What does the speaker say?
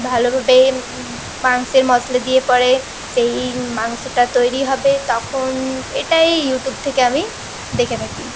ভালোভাবে মাংসের মশলা দিয়ে পরে সেই মাংসটা তৈরি হবে তখন এটাই ইউটিউব থেকে আমি দেখে থাকি